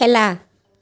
খেলা